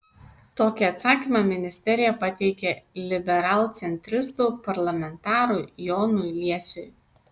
tokį atsakymą ministerija pateikė liberalcentristų parlamentarui jonui liesiui